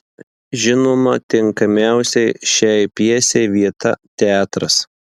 žinoma tinkamiausia šiai pjesei vieta teatras